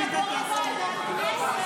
ועדת הכספים.